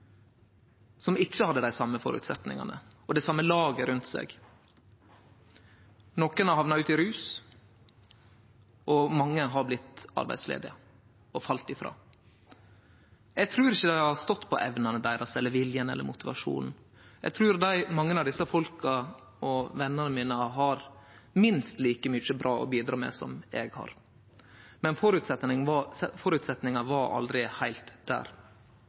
som ikkje hadde dei same føresetnadene og det same laget rundt seg. Nokre har hamna ut i rus, mange har blitt arbeidsledige og falle utanfor. Eg trur ikkje det har stått på evnene, viljen eller motivasjonen deira. Eg trur mange av desse folka, venene mine, har minst like mykje bra å bidra med som eg har, men føresetnadene var aldri heilt der.